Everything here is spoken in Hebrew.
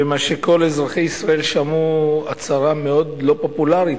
וכל אזרחי ישראל שמעו הצהרה מאוד לא פופולרית,